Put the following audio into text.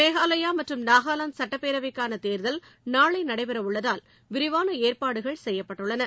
மேகாலயா மற்றும் நாகலாந்து சட்டப் பேரவைக்காள தேர்தல் நாளை நடைபெற உள்ளதால் விரிவாள ஏற்பாடுகள் செய்யப்பட்டுள்ளன